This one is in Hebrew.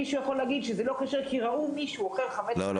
מישהו יכול להגיד שזה לא כשר כי ראו מישהו אוכל חמץ --- לא,